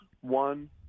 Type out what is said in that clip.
One